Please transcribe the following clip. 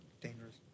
Dangerous